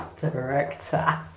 director